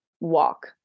walk